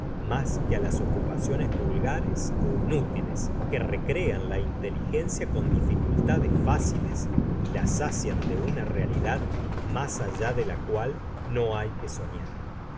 mas que á las ocupaciones vulgares ó inútiles que recrean la inteligencia con dificultades fáciles y la sacian de una realidad más allá de la cual no hay que soñar